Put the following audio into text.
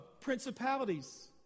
principalities